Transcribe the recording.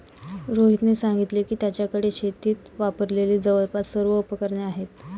रोहितने सांगितले की, त्याच्याकडे शेतीत वापरलेली जवळपास सर्व उपकरणे आहेत